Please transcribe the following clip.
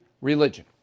religion